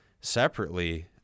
separately